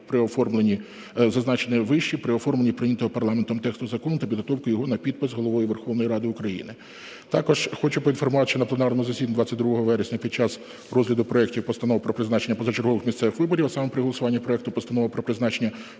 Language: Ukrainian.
при оформленні, прийнятого парламентом тексту закону та підготовки його на підпис Головою Верховної Ради України. Також хочу поінформувати, що на пленарному засіданні 22 вересня під час розгляду проектів постанов про призначення позачергових місцевих виборів, а саме при голосуванні проекту Постанови про призначення